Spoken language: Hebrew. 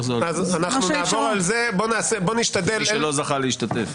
שלא זכה להשתתף.